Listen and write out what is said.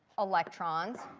electrons.